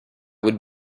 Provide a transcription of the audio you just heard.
would